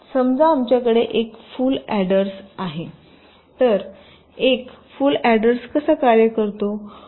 समजा आमच्याकडे एक फुल अॅडर्स आहेतर एक फुल अॅडर्स कसा कार्य करतो